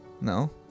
No